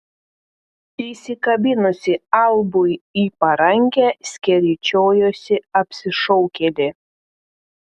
įsikabinusi albui į parankę skeryčiojosi apsišaukėlė